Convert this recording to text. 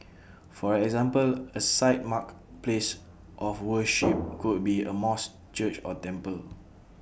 for example A site marked place of worship could be A mosque church or temple